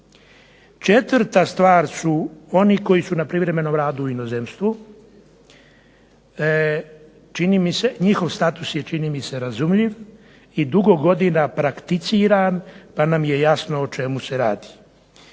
Četvrta stvar su oni koji su na privremenom radu u inozemstvu. Njihov status je čini mi se razumljiv i dugo godina prakticiram pa nam je jasno o čemu se radi.